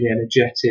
energetic